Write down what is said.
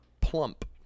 plump